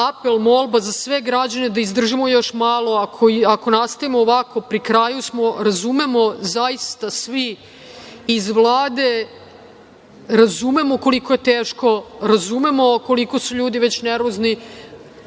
apel, molba za sve građane da izdržimo još malo. Ako nastavimo ovako, pri kraju smo, razumemo zaista svi iz Vlade, razumemo koliko je teško, razumemo koliko su ljudi već nervozni,